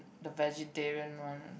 the vegetarian one